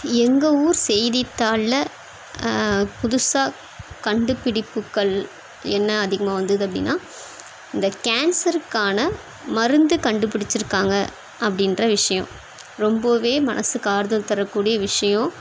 எங்கள் ஊர் செய்தித்தாளில் புதுசாக கண்டுபிடிப்புக்கள் என்ன அதிகமாக வந்துது அப்படின்னா இந்த கேன்சருக்கான மருந்து கண்டுபிடிச்சிருக்காங்க அப்படின்ற விஷயம் ரொம்பவே மனசுக்கு ஆறுதல் தரக்கூடிய விஷயம்